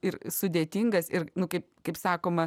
ir sudėtingas ir nu kaip kaip sakoma